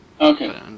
Okay